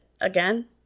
again